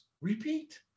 repeat